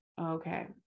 Okay